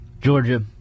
Georgia